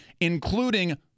including